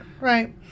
right